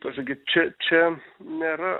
pasakyt čia čia nėra